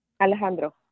Alejandro